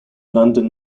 london